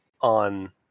on